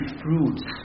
fruits